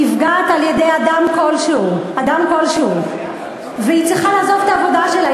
נפגעת על-ידי אדם כלשהו והיא צריכה לעזוב את העבודה שלה,